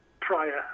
prior